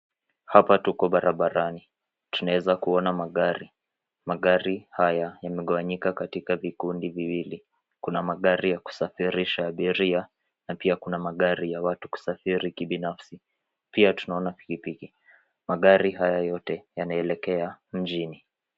Hapa tuko barabarani, tunaweza kuona magari. Magari haya yamegawanyika katia vikundi viwili. Kuna magari ya kusafirisha abiria na pia kuna magari ya watu kusafiri kibinafsi. Pia tunaona piki piki, magari haya yote yanaelekea mjini.